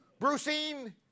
Bruceine